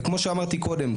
וכמו שאמרתי קודם,